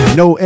no